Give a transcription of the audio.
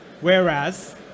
Whereas